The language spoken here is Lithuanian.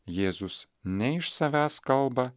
jėzus ne iš savęs kalba